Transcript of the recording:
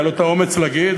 היה לו האומץ להגיד,